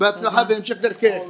בהצלחה בהמשך דרכך.